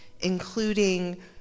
including